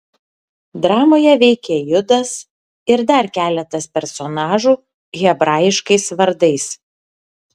dramoje veikia judas ir dar keletas personažų hebraiškais vardais